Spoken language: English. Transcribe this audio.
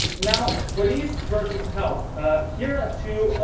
now, police versus help here are two